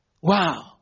Wow